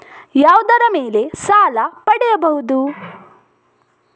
ಯಾವುದರ ಮೇಲೆ ಸಾಲ ಪಡೆಯಬಹುದು?